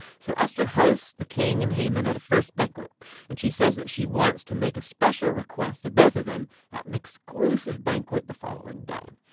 so esther hosts the king and haman at a first banquet and she says she wants to make a special request of both of them at an exclusive banquet the following day.